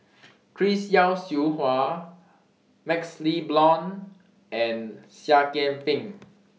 Chris Yeo Siew Hua MaxLe Blond and Seah Kian Peng